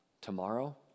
Tomorrow